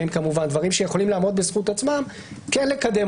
דברים שיכולים לעמוד בזכות עצמם כן לקדם